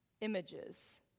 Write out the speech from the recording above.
images